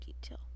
detail